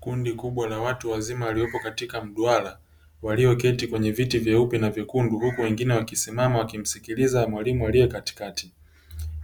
Kundi kubwa la watu wazima waliopo katika mduara walioketi kwenye viti vyeupe na vyekundu, huku wengine wakisimama wakimsikiliza mwalimu aliye katikati;